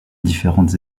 différentes